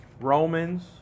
Romans